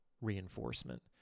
reinforcement